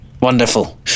Wonderful